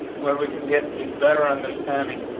where we can get a better understanding.